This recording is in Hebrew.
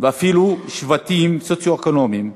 ואפילו שבטים סוציו-אקונומיים.